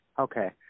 Okay